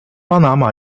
巴拿马